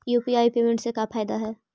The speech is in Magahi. यु.पी.आई पेमेंट से का फायदा है?